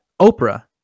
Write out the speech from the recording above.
Oprah